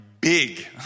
big